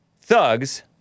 thugs